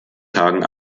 tagen